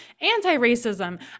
anti-racism